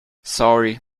sorry